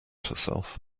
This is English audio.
herself